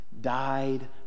died